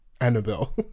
Annabelle